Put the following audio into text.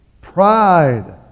Pride